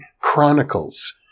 Chronicles